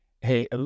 hey